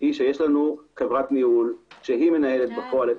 היא שיש לנו חברת ניהול שהיא מנהלת בפועל את